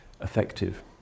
effective